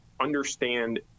understand